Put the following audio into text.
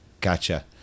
Gotcha